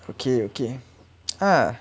okay okay !huh!